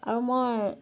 আৰু মই